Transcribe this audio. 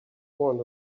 want